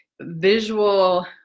visual